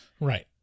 Right